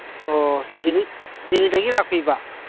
ꯑꯣ ꯗꯤꯜꯂꯤꯗꯒꯤ ꯂꯥꯛꯄꯤꯕ